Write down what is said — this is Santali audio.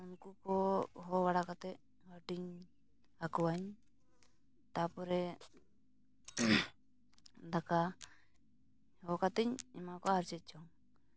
ᱩᱱᱠᱩ ᱠᱚ ᱦᱚᱦᱚ ᱵᱟᱲᱟ ᱠᱟᱛᱮᱫ ᱦᱟᱹᱴᱤᱧ ᱟᱠᱚᱣᱟᱧ ᱛᱟᱨᱯᱚᱨᱮ ᱫᱟᱠᱟ ᱦᱚᱦᱚ ᱠᱟᱛᱮᱧ ᱮᱢᱟ ᱠᱚᱣᱟ ᱟᱨ ᱪᱮᱫ ᱪᱚᱝ